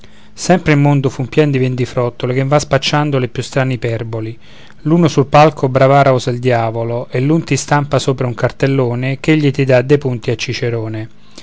sempre il mondo fu pien di vendifrottole che van spacciando le più strane iperboli l'uno sul palco bravar osa il diavolo e l'un ti stampa sopra un cartellone ch'egli ti dà dei punti a cicerone